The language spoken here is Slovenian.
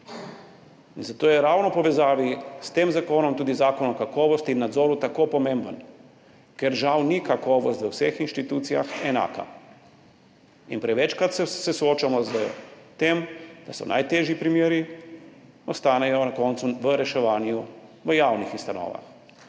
In zato je ravno v povezavi s tem zakonom tudi Zakon o kakovosti in nadzoru tako pomemben, ker žal ni kakovost v vseh institucijah enaka. Prevečkrat se soočamo s tem, da so najtežji primeri ostanejo na koncu v reševanju v javnih ustanovah,